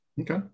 Okay